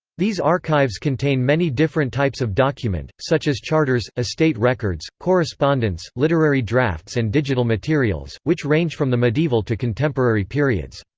these archives contain many different types of document, such as charters, estate records, correspondence, literary drafts and digital materials, which range from the medieval to contemporary periods.